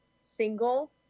Single